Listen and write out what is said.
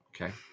okay